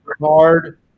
hard